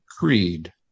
Creed